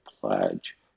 pledge